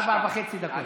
ארבע וחצי דקות.